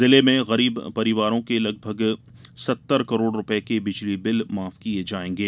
जिले में गरीब परिवारों के लगभग सत्तर करोड़ रूपये के बिजली बिल माफ किये जायेंगे